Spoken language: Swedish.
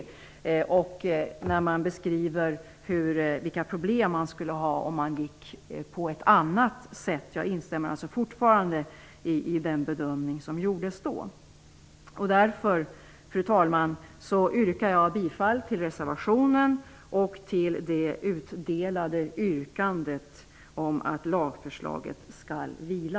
Där beskrivs vilka problem man skulle få om man gjorde på ett annat sätt. Jag instämmer fortfarande i den bedömning som gjordes då. Fru talman! Därför yrkar jag bifall till reservationen och till det utdelade yrkandet om att lagförslaget skall vila.